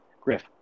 Griff